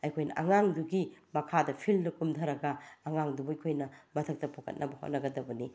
ꯑꯩꯈꯣꯏꯅ ꯑꯉꯥꯡꯗꯨꯒꯤ ꯃꯈꯥꯗ ꯐꯤꯜꯗ ꯀꯨꯝꯊꯔꯒ ꯑꯉꯥꯡꯗꯨꯕꯨ ꯑꯩꯈꯣꯏꯅ ꯃꯊꯛꯇ ꯄꯨꯈꯠꯅꯕ ꯍꯣꯠꯅꯒꯗꯕꯅꯤ